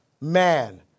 Man